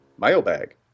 Mailbag